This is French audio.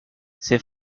ces